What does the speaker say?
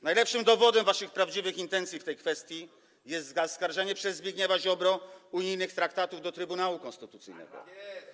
Najlepszym dowodem waszych prawdziwych intencji w tej kwestii jest zaskarżenie przez Zbigniewa Ziobrę unijnych traktatów do Trybunału Konstytucyjnego.